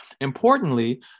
Importantly